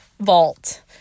vault